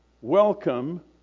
welcome